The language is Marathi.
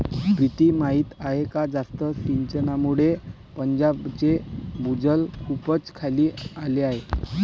प्रीती माहीत आहे का जास्त सिंचनामुळे पंजाबचे भूजल खूपच खाली आले आहे